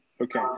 okay